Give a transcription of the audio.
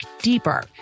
deeper